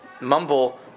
mumble